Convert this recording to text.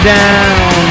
down